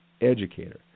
educator